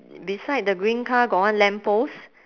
beside the green car got one lamp post